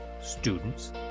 students